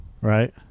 Right